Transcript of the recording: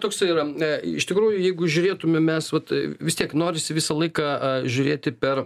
toks yra iš tikrųjų jeigu žiūrėtume mes vat vis tiek norisi visą laiką žiūrėti per